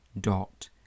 dot